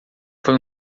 foi